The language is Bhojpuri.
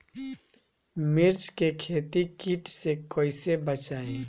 मिर्च के खेती कीट से कइसे बचाई?